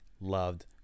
loved